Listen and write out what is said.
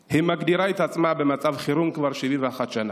היא מגדירה את עצמה במצב חירום כבר 71 שנה